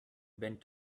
bent